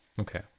Okay